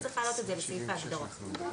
צריך להעלות את זה לסעיף ההגדרות.